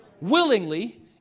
Willingly